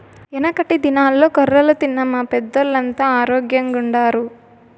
యెనకటి దినాల్ల కొర్రలు తిన్న మా పెద్దోల్లంతా ఆరోగ్గెంగుండారు